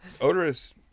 Odorous